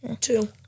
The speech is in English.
Two